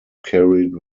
carried